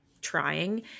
trying